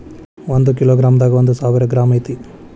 ಒಂದ kilo gram ದಾಗ ಒಂದ ಸಾವಿರ ಗ್ರಾಂ ಐತಿ